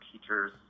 teachers